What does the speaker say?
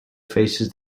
faces